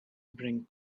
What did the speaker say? bring